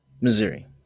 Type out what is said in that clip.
Missouri